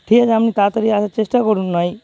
ঠিক আছে আপনি তাড়াতাড়ি আসার চেষ্টা করুন নয়